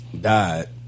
died